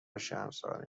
شرمساری